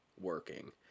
working